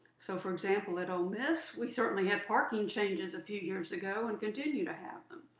so for example, at ole miss, we certainly had parking changes a few years ago and continue to have them.